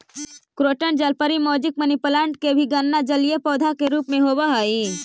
croton जलपरी, mosaic, money plant के भी गणना जलीय पौधा के रूप में होवऽ हइ